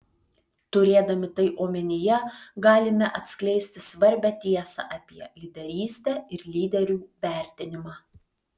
turėdami tai omenyje galime atskleisti svarbią tiesą apie lyderystę ir lyderių vertinimą